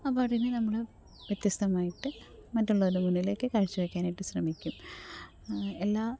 ആ പാട്ടിനെ നമ്മള് വ്യത്യസ്തമായിട്ടു മറ്റുള്ളവരുടെ മുന്നിലേക്കു കാഴ്ചവെക്കാനായിട്ട് ശ്രമിക്കും എല്ലാ